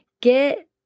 get